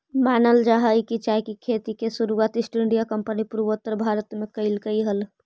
मानल जा हई कि चाय के खेती के शुरुआत ईस्ट इंडिया कंपनी पूर्वोत्तर भारत में कयलई हल